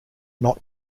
not